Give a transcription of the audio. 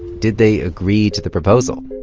did they agree to the proposal?